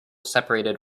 separated